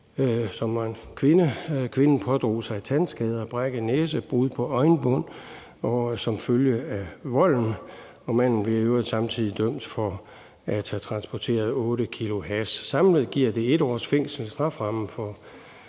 og bidt hende. Kvinden pådrog sig tandskader, en brækket næse og brud på øjenbryn som følge af volden, og manden blev i øvrigt samtidig dømt for at have transporteret 8 kg hash. Strafferammen for